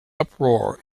uproar